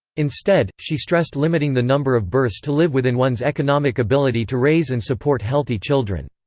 instead, she stressed limiting the number of births to live within one's economic ability to raise and support healthy children.